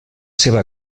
seva